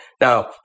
Now